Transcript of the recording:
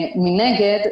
מנגד,